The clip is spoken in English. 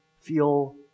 feel